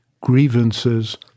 Grievances